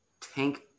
Tank